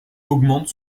augmente